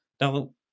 now